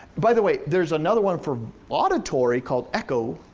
by the way, there's another one for auditory called echo,